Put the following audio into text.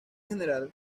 general